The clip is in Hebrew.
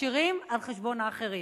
עשירים על חשבון האחרים.